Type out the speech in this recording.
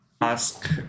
ask